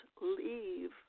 leave